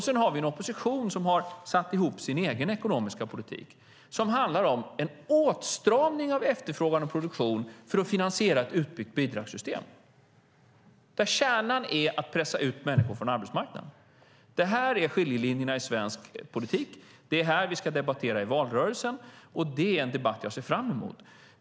Sedan har vi en opposition som har satt ihop sin egen ekonomiska politik som handlar om en åtstramning av efterfrågan och produktion för att finansiera ett utbyggt bidragssystem, där kärnan är att pressa ut människor från arbetsmarknaden. Det här är skiljelinjerna i svensk politik. Det är det här vi ska debattera i valrörelsen, och det är en debatt jag ser fram emot.